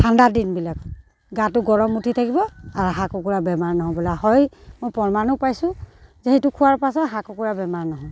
ঠাণ্ডাৰ দিনবিলাকত গাটো গৰম উঠি থাকিব আৰু হাঁহ কুকুৰা বেমাৰ নহ'বলৈ হয় মই প্ৰমাণো পাইছোঁ যে সেইটো খোৱাৰ পাছত হাঁহ কুকুৰা বেমাৰ নহয়